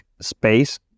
space